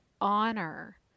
honor